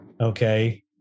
okay